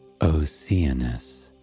Oceanus